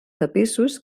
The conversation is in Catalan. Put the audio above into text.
tapissos